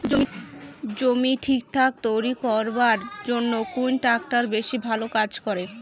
জমি ঠিকঠাক তৈরি করিবার জইন্যে কুন ট্রাক্টর বেশি ভালো কাজ করে?